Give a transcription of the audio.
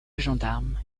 gendarme